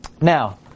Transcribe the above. Now